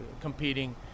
competing